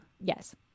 Yes